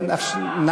של עדי קול,